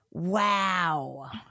wow